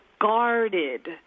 guarded